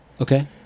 Okay